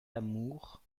amour